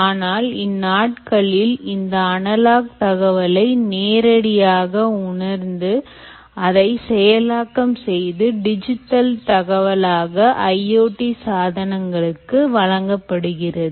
ஆனால் இந்நாட்களில் இந்த அனலாக் தகவல்களை நேரடியாக உணர்ந்து அதைசெயலாக்கம் செய்து டிஜிட்டல் தகவலாக IoT சாதனங்களுக்கு வழங்கப்படுகிறது